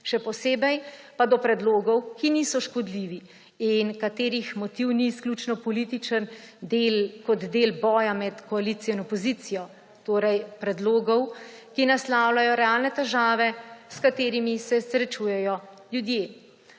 še posebej pa do predlogov, ki niso škodljivi in katerih motiv ni izključno političen del kot del boja med koalicijo in opozicijo, torej predlogov, ki naslavljajo realne težave, s katerimi se srečujejo ljudje.